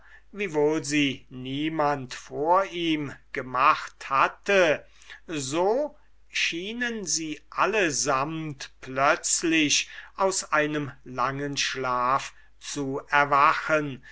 wiewohl sie niemand vor ihm gemacht hatte so schienen sie allesamt plötzlich aus einem langen schlaf zu erwachen